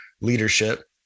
leadership